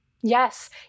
Yes